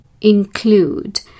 include